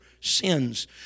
sins